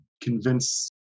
convince